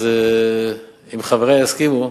אז אם חברי יסכימו,